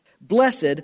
Blessed